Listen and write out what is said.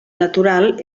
natural